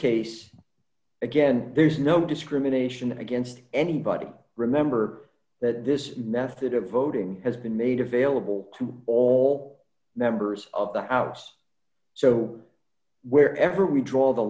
case again there's no discrimination against anybody remember that this method of voting has been made available to all members of the house so wherever we draw the